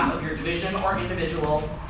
your division or individual,